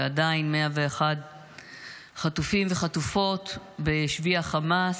ועדיין 101 חטופים וחטופות בשבי החמאס.